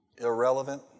Irrelevant